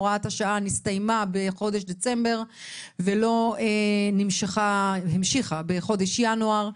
הוראת השעה נסתיימה בחודש דצמבר ולא המשיכה בחודש ינואר.